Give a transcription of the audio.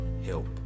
Help